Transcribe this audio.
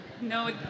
no